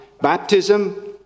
baptism